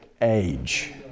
age